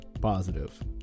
positive